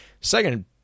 Second